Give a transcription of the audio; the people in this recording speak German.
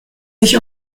sich